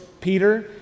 Peter